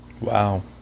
Wow